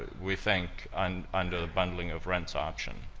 we think, and under the bundling of rents option.